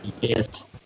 yes